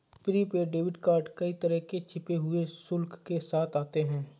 prepaid debit card कई तरह के छिपे हुए शुल्क के साथ आते हैं